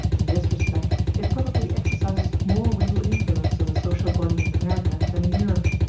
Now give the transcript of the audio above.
in this respect it probably exercises more real influence on the social body in america than in europe.